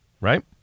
right